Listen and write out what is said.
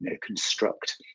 construct